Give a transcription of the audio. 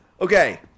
Okay